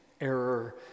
error